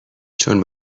چون